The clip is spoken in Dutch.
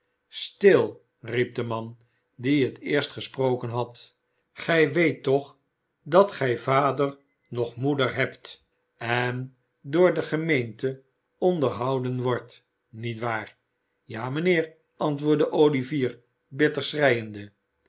stil riep de man die het eerst gesproken had gij weet toch dat gij vader noch moeder hebt en door de gemeente onderhouden wordt niet waar ja mijnheer antwoordde olivier bitter schreiende